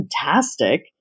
fantastic